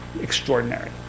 extraordinary